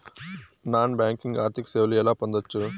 Non banking ఆర్థిక సేవలు ఎలా పొందొచ్చు?